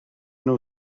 nhw